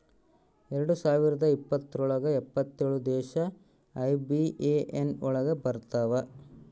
ಎರಡ್ ಸಾವಿರದ ಇಪ್ಪತ್ರೊಳಗ ಎಪ್ಪತ್ತೇಳು ದೇಶ ಐ.ಬಿ.ಎ.ಎನ್ ಒಳಗ ಬರತಾವ